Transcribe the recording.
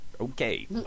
okay